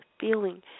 feeling